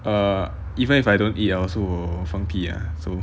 err even if I don't eat I also will 放屁 ah so